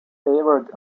favoured